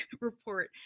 report